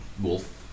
wolf